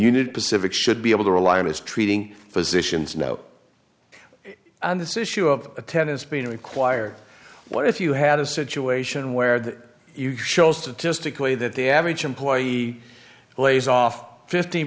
need pacific should be able to rely on his treating physicians know this issue of attendance being required what if you had a situation where you show statistically that the average employee lays off fifteen